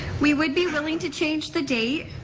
we would be willing to change the date,